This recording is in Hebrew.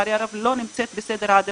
לצערי הרב היא לא נמצאת בסדר העדיפויות.